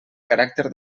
caràcter